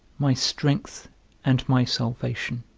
my strength and my salvation,